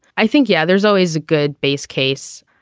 i think yeah there's always good base case.